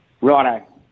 Righto